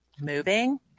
moving